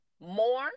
more